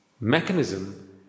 mechanism